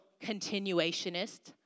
continuationist